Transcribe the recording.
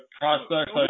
prospects